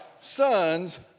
Sons